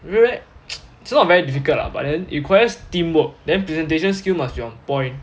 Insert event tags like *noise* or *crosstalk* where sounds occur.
*noise* this one not very difficult lah but then it requires teamwork then presentation skill must be on point